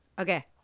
Okay